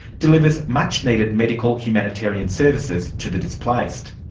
delivers much-needed medical humanitarian services to the displaced.